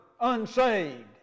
unsaved